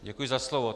Děkuji za slovo.